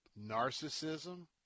narcissism